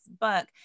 book